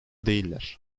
değiller